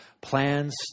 Plans